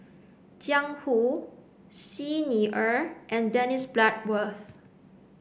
Jiang Hu Xi Ni Er and Dennis Bloodworth